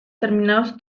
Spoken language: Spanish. terminados